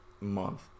month